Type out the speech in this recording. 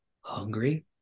hungry